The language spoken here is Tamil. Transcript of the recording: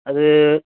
அது